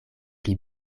pli